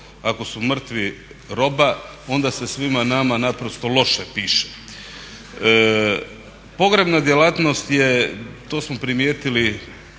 Ako su mrtvi roba, onda se svima nama naprosto loše piše. Pogrebna djelatnost je, to smo primijetili